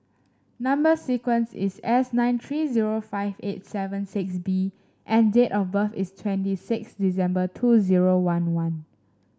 number sequence is S nine three zero five eight seven six B and date of birth is twenty six December two zero one one